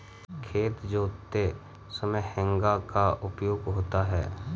खेत जोतते समय हेंगा का उपयोग होता है